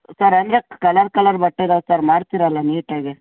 sir ಅಂದರೆ colour colour ಬಟ್ಟೆಗಳು sir ಮಾಡ್ತೀರಲ್ಲ ನೀಟಾಗಿ